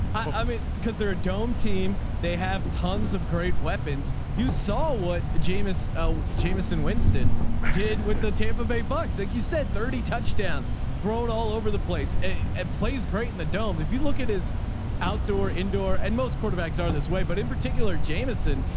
i mean, cause they are a dome team. they have tons of great weapons. you saw what jamis ah jamison winston did with the tampa bay bucks. like you said, thirty touchdowns throw it all over the place he plays. great. and the dome, if you look at his outdoor indoor, and most quarterbacks are this way, but in particular jamison,